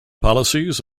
policies